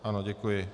Ano, děkuji.